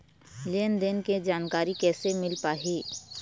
लेन देन के जानकारी कैसे मिल पाही?